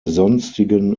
sonstigen